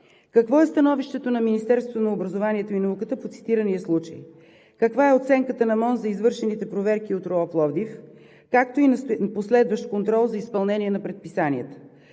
какво е становището на Министерството на образованието и науката по цитирания случай; каква е оценката на МОН за извършените проверки от РОУ – Пловдив, както и последващ контрол за изпълнение на предписанията;